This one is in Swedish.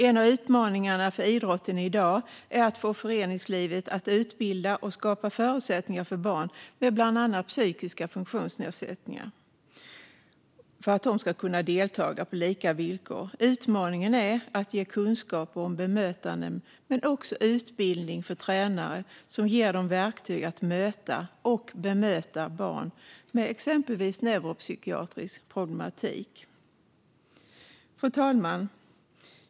En av utmaningarna för idrotten i dag är att få föreningslivet att utbilda och skapa förutsättningar för att barn med bland annat psykiska funktionsnedsättningar ska kunna delta på lika villkor. Utmaningen är att ge kunskaper om bemötande men också utbildning för tränare som ger dem verktyg att möta och bemöta barn med exempelvis neuropsykiatrisk problematik. Fru talman!